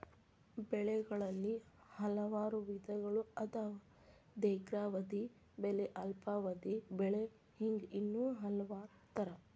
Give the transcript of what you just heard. ಬೆಳೆಗಳಲ್ಲಿ ಹಲವಾರು ವಿಧಗಳು ಅದಾವ ದೇರ್ಘಾವಧಿ ಬೆಳೆ ಅಲ್ಪಾವಧಿ ಬೆಳೆ ಹಿಂಗ ಇನ್ನೂ ಹಲವಾರ ತರಾ